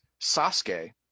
Sasuke